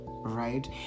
right